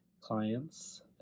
clients